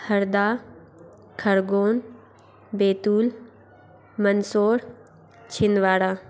Harda Khargone Betul Mandsaur Chhindwara